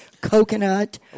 coconut